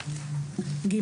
(ג)